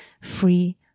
free